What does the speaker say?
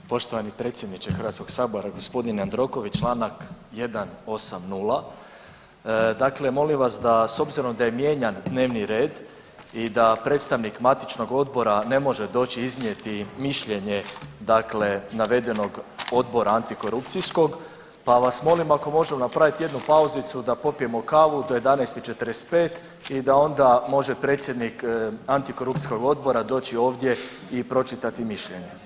Poštovani predsjedniče HS g. Jandroković, čl. 180., dakle molim vas da s obzirom da je mijenjan dnevni red i da predstavnik matičnog odbora ne može doći i iznijeti mišljenje, dakle navedenog odbora antikorupcijskog, pa vas molim ako možemo napravit jednu pauzicu da popijemo kavu do 11 i 45 i da onda može predsjednik antikorupcijskog odbora doći ovdje i pročitati mišljenje.